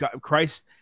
Christ